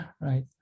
right